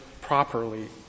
properly